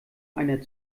einer